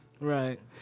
Right